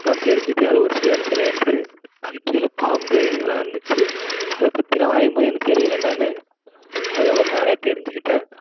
தான் தெரிஞ்சுது அது ஒரு சிவன் சிலை என்று அதுக்கீழ பாம்பு இதலாம் இருந்திச்சு அதை பற்றி நான் வரையும்போது எனக்குத் தெரியல என்னனு அதுக்கப்பறமாக நிறையா தெரிஞ்சுக்கிட்டேன்